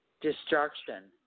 destruction